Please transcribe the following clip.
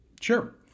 Sure